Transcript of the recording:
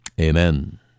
Amen